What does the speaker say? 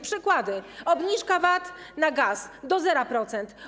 Przykłady: obniżka VAT na gaz do 0%.